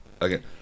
again